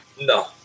No